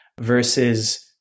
versus